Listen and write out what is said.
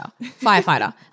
firefighter